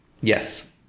Yes